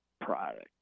product